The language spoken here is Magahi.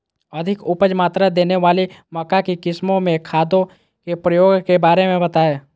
अधिक उपज मात्रा देने वाली मक्का की किस्मों में खादों के प्रयोग के बारे में बताएं?